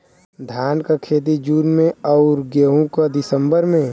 धान क खेती जून में अउर गेहूँ क दिसंबर में?